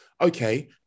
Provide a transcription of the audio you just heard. Okay